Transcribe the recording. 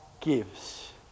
gives